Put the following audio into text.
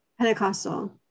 Pentecostal